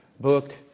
book